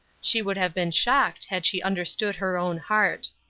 she would have been shocked had she understood her own heart.